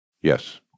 Yes